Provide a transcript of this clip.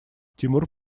тимур